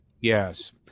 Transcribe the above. yes